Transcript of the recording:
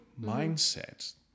mindset